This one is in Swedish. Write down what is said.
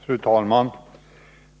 Fru talman!